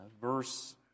verse